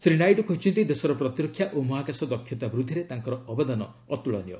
ଶ୍ରୀ ନାଇଡୁ କହିଛନ୍ତି ଦେଶର ପ୍ରତିରକ୍ଷା ଓ ମହାକାଶ ଦକ୍ଷତା ବୃଦ୍ଧିରେ ତାଙ୍କର ଅବଦାନ ଅତ୍କଳନୀୟ